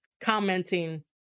commenting